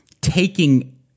taking